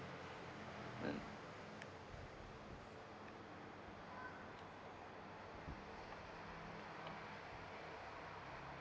mm